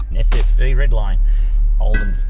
ssv redline holden.